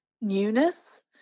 newness